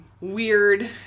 weird